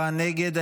נגד.